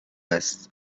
است